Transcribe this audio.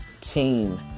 team